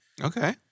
Okay